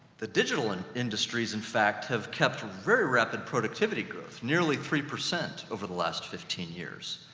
the digital and in-industries, in fact, have kept very rapid productivity growth, nearly three percent over the last fifteen years.